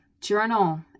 journal